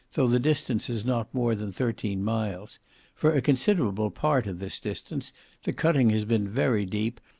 though the distance is not more than thirteen miles for a considerable part of this distance the cutting has been very deep,